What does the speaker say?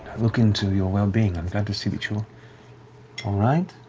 look into your well-being. i'm glad to see that you're all right?